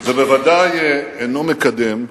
זה בוודאי אינו מקדם,